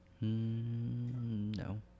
No